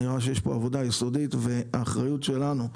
נראה שיש פה עבודה יסודית והאחריות שלנו,